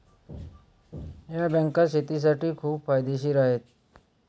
या बँका शेतीसाठी खूप फायदेशीर आहेत